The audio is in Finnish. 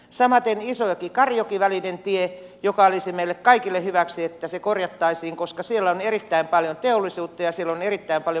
samaten isojoki karijoki välinen tie joka olisi meille kaikille hyväksi että isojoen ja karijoen välinen tie korjattaisiin koska siellä on erittäin paljon teollisuutta ja siellä on erittäin paljon maataloustuottajia